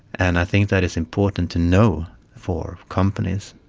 and i think that is important to know for companies,